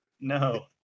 No